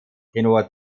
tenor